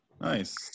Nice